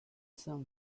cent